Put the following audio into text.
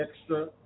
extra